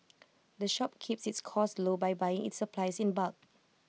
the shop keeps its costs low by buying its supplies in bulk